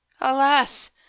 Alas